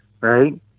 right